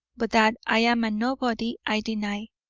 but that i am a nobody i deny,